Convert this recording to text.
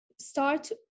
start